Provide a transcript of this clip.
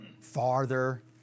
farther